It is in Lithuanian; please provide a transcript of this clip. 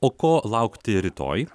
o ko laukti rytoj